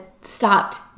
stopped